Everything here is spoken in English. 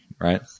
right